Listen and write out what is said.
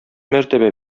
мәртәбә